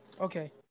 Okay